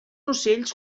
ocells